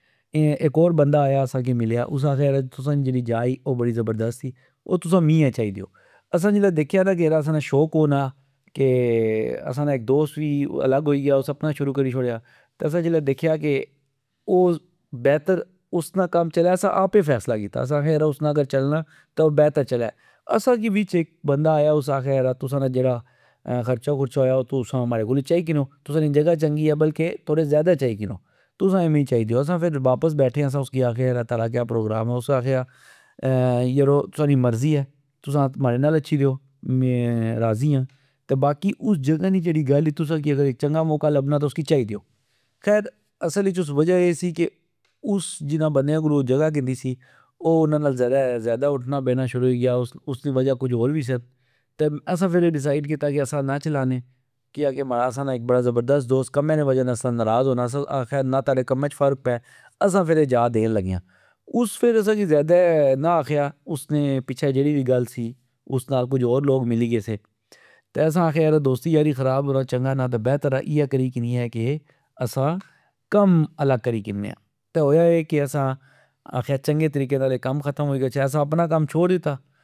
اے اک اور بندا آیا اسا کی ملیا اس آکھیا کہ تسا نی جیڑی جگہ ای او بڑی زبردست ای او تسا میا چائی دیو ۔اسا جلہ دیکھیا نا اسا نا شوق او نا کہ اسا نا اک دوست وی الگ ہوئی گیا اس اپنا شروع کری شوڑیا ،تہ فر جلہ دیکھیا کہ او بیتر اسنا کم چلہ اسا آپے فیصلہ کیتا اگر اسنا چلنا تہ او بیتر چلہ۔ اسا کی وچ اک بندا آیا اس آکھیا تسا نا جیڑا خرچہ ہویا او تسا ماڑے کولو چائی کنو تسا نی جگہ چنگی اہہ بلکے تھوڑے ذئدہ چائی کنو ۔اسا فر واپس بیٹھے آ اسا اسی آکھیا تاڑا کہ پروگرام آ اس آکھیا تسا نی مرضی اہہ، تسا ماڑے نال اچھی ریو میں راضی آ۔ باقی اس جگہ نی جیڑی گل ای تسا کی اک چنگہ موقع لبنا تہ تسا چائی دیو ۔خیر اصل اچ وجہ اے سی کہ اس جنا بندیا کولو جگہ کندی سی ،او انا نال ذئدہ اٹھنا بینا شروع ہوئی گیا اسنی وجہ کج ہور وی سن اسا فر اے ڈیسائڈ کیتا کہ اسا نا چلانے کیاکہ اسا نا اک چنگا دوست کمہ نی وجہ نال ناراض ہونا سا اسا آکھیا نا تاڑے کمہچ فرق پہ ،اسا فرا اے جا دین لگے آ ۔اس فر اسا کی ذئدہ نا آکھیا اس پچھہ جیڑی وی گل سی اس نال کج ہور لوک ملی گئے سا اسا آکھیا کہ دوستی یاری نا خراب کرا چنگا نا ۔بہتر آ کہ اییہ کری کنیا کہ اسا کم الگ کری کنے آ ،تہ ہویا اے کہ اسا آکھیا کہ چنگے طریقے نال ختم کرییہ اسا آپنا کم چھوڑ دتا